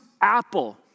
Apple